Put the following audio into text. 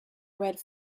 read